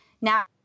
Now